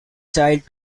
child